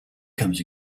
comes